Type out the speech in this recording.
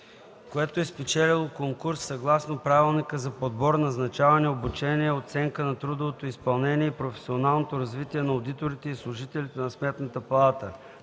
което е спечелило конкурс, съгласно правилника за подбор, назначаване, обучение, оценка на трудовото изпълнение и професионалното развитие на одиторите и служителите на Сметната палата.